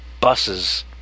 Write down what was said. buses